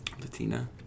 Latina